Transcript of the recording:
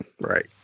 Right